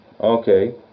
okay